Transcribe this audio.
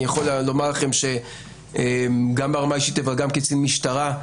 יכול לומר לכם גם ברמה האישית אבל גם כקצין משטרה,